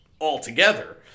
altogether